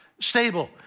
stable